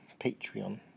Patreon